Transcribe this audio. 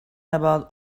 about